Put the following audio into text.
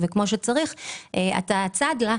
צד לה,